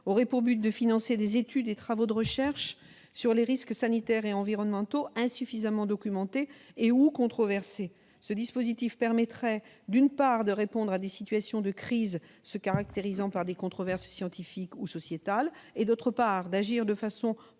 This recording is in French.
aurait pour but de financer des études et travaux de recherche sur les risques sanitaires et environnementaux insuffisamment documentés ou controversés. Ce dispositif permettrait, d'une part, de répondre à des situations de crise se caractérisant par des controverses scientifiques ou sociétales et, d'autre part, d'agir de façon